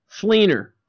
Fleener